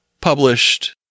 published